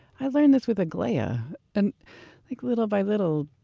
i learned this with aglaia. and like little by little,